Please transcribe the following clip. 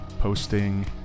posting